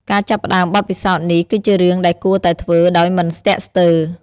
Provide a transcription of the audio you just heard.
ការចាប់ផ្តើមបទពិសោធន៍នេះគឺជារឿងដែលគួរតែធ្វើដោយមិនស្ទាក់ស្ទើរ។